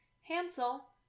Hansel